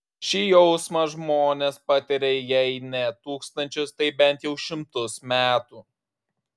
šį jausmą žmonės patiria jei ne tūkstančius tai bent jau šimtus metų